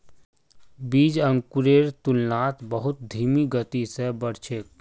बीज अंकुरेर तुलनात बहुत धीमी गति स बढ़ छेक